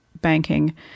banking